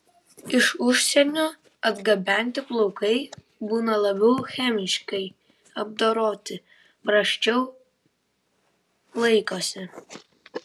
iš užsienio atgabenti plaukai būna labiau chemiškai apdoroti prasčiau laikosi